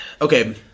Okay